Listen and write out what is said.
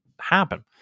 happen